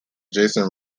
jason